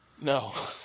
No